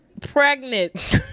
pregnant